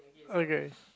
okay